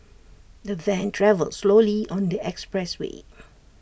the van travelled slowly on the expressway